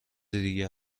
دیگه